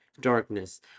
darkness